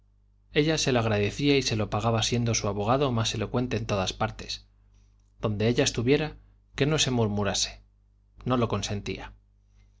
ella se lo agradecía y se lo pagaba siendo su abogado más elocuente en todas partes donde ella estuviera que no se murmurase no lo consentía